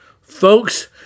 Folks